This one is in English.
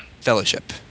Fellowship